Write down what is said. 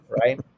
right